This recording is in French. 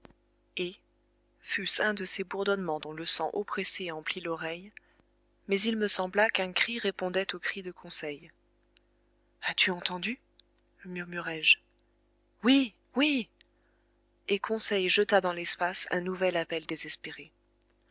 et fût-ce un de ces bourdonnements dont le sang oppressé emplit l'oreille mais il me sembla qu'un cri répondait au cri de conseil as-tu entendu murmurai-je oui oui et conseil jeta dans l'espace un nouvel appel désespéré